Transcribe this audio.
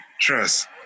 Trust